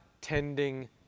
tending